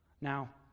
Now